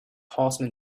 horseman